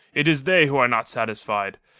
it is they who are not satisfied,